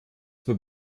wir